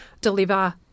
deliver